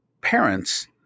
parents